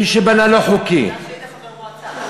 מי שבנה לא חוקי, שטח במועצה.